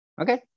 Okay